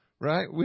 right